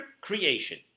creation